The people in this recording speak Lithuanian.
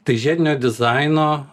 tai žiedinio dizaino